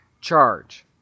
charge